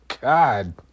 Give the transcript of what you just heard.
god